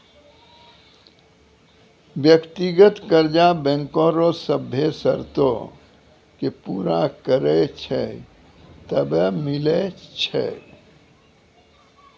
व्यक्तिगत कर्जा बैंको रो सभ्भे सरतो के पूरा करै छै तबै मिलै छै